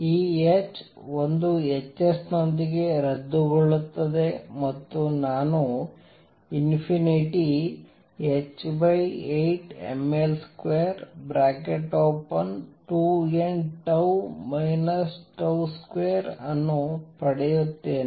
ಈ h ಒಂದು hs ನೊಂದಿಗೆ ರದ್ದುಗೊಳ್ಳುತ್ತದೆ ಮತ್ತು ನಾನು →∞h8mL22nτ 2 ಅನ್ನು ಪಡೆಯುತ್ತೇನೆ